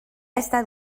estat